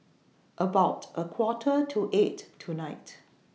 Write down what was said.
about A Quarter to eight tonight